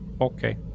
Okay